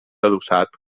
adossat